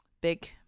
big